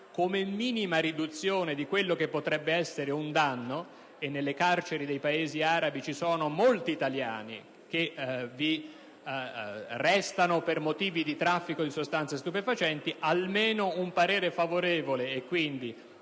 come minima riduzione di quello che potrebbe essere un danno (e nelle carceri dei Paesi arabi ci sono molti italiani che vi restano per motivi di traffico di sostanze stupefacenti), almeno un parere favorevole e quindi